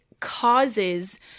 Causes